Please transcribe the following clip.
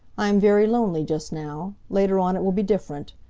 i am very lonely just now. later on it will be different.